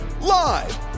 live